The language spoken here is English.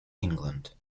england